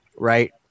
right